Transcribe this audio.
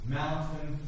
mountain